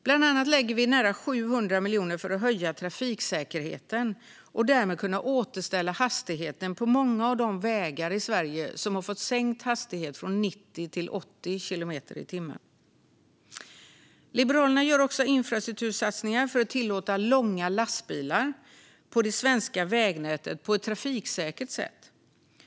Bland annat lägger vi nära 700 miljoner för att höja trafiksäkerheten och därmed kunna återställa hastigheten på många av de vägar i Sverige som har fått sänkt hastighet från 90 till 80 kilometer i timmen. Liberalerna gör infrastruktursatsningar för att tillåta långa lastbilar på det svenska vägnätet på ett trafiksäkert sätt.